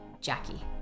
Jackie